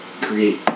create